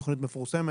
תוכנית מפורסמת.